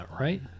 right